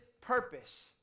purpose